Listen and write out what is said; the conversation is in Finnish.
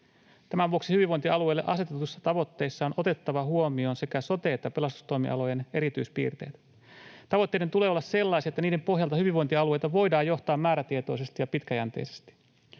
Tämän vuoksi hyvinvointialueille asetetuissa tavoitteissa on otettava huomioon sekä sote- että pelastustoimialojen erityispiirteet. Tavoitteiden tulee olla sellaisia, että niiden pohjalta hyvinvointialueita voidaan johtaa määrätietoisesti ja pitkäjänteisesti.